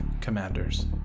commanders